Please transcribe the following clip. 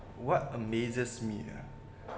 what amazes me ah